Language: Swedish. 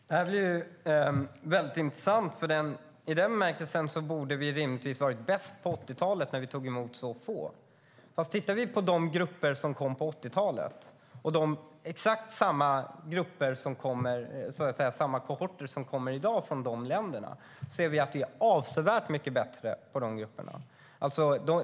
Herr talman! Det här är intressant, för i den bemärkelsen borde vi ha varit bäst på 1980-talet när vi tog emot så få flyktingar. Men tittar vi på de kohorter som kommer i dag från dessa länder ser vi att det är avsevärt mycket bättre i dessa grupper.